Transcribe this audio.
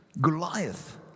Goliath